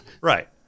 Right